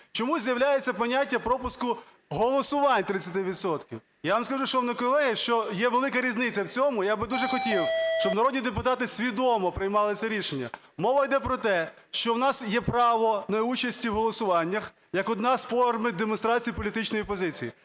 чомусь з'являється поняття "пропуску голосувань 30 відсотків". Я вам скажу, шановні колеги, що є велика різниця в цьому, я би дуже хотів, щоб народні депутати свідомо приймали це рішення. Мова йде про те, що у нас є право неучасті в голосуваннях як одна із форми демонстрації політичної позиції.